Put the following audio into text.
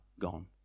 gone